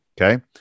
Okay